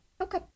Okay